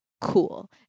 Cool